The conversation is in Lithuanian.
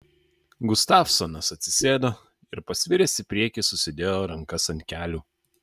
gustavsonas atsisėdo ir pasviręs į priekį susidėjo rankas ant kelių